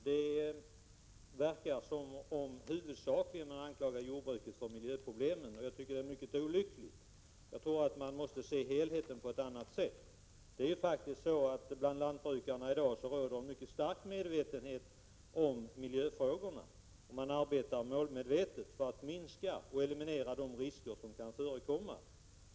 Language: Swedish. Herr talman! Det verkar som om man huvudsakligen anklagar jordbruket för miljöproblemen, och det tycker jag är olyckligt. Jag tycker att man måste se helheten på ett annat sätt. Bland lantbrukarna finns i dag en stark medvetenhet kring miljöfrågorna. Man arbetar målmedvetet för att minska och eliminera de risker som kan förekomma.